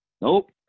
Nope